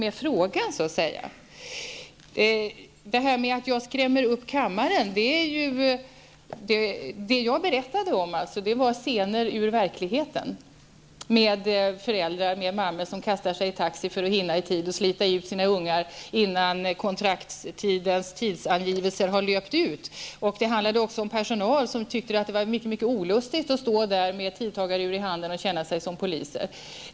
Ingrid Hemmingsson sade att jag skrämmer upp kammaren. Det jag berättade var scener ur verkligheten, med mammor som kastar sig i taxi för att hinna i tid och slita ut sina ungar innan kontraktets tidsangivelse har löpt ut. Det handlade också om att personalen tycker att det är mycket olustigt att stå med tidtagarur i handen och känna sig som polisen.